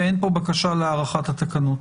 ואין פה בקשה להארכת התקנות.